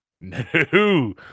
No